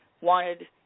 wanted